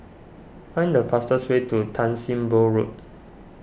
find the fastest way to Tan Sim Boh Road